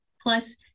Plus